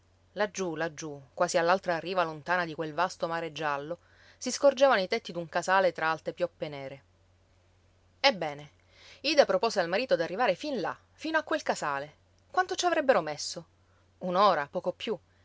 laggiù laggiù quasi all'altra riva lontana di quel vasto mare giallo si scorgevano i tetti d'un casale tra alte pioppe nere ebbene ida propose al marito d'arrivare fin là fino a quel casale quanto ci avrebbero messo un'ora poco più